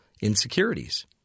insecurities